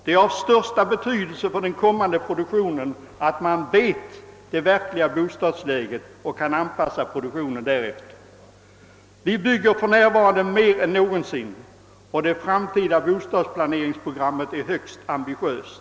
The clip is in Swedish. Det är av största betydelse för den kommande produktionen att man känner till det verkliga bostadsläget och kan anpassa produktionen därefter. Vi bygger för närvarande mer än någonsin, och det framtida bostadsplaneringsprogrammet är högst ambitiöst.